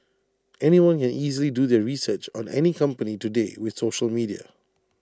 anyone can easily do their research on any company today with social media